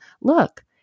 look